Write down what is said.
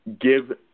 give